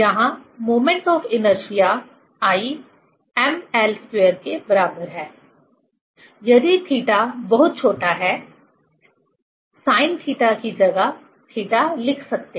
यहाँ moment of inertia I mL2 और यदि θ बहुत छोटा है sinθ की जगह θ लिख सकते हैं